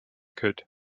could